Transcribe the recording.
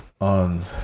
on